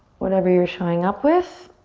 whatever you're showing up with,